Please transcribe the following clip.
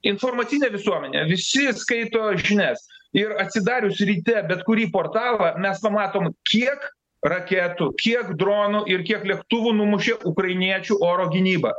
informacinė visuomenė visi skaito žinias ir atsidarius ryte bet kurį portalą mes pamatom kiek raketų kiek dronų ir kiek lėktuvų numušė ukrainiečių oro gynyba